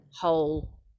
whole